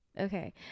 Okay